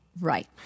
Right